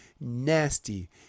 nasty